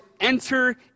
enter